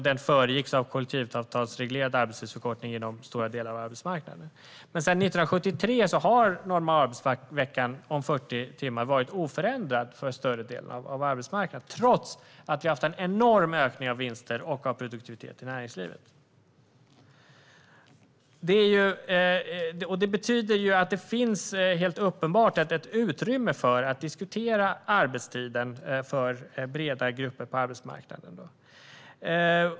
Den föregicks av kollektivavtalsreglerad arbetstidsförkortning inom stora delar av arbetsmarknaden. Sedan 1973 har normalarbetsveckan om 40 timmar varit oförändrad för större delen av arbetsmarknaden trots att vi har haft en enorm ökning av vinster och produktivitet i näringslivet. Det betyder att det helt uppenbart finns ett utrymme för att diskutera arbetstiden för breda grupper på arbetsmarknaden.